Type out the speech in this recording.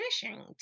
finishing